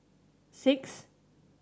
six